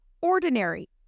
ordinary